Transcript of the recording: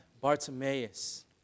Bartimaeus